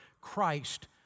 Christ